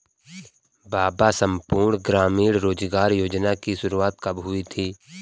बाबा संपूर्ण ग्रामीण रोजगार योजना की शुरुआत कब हुई थी?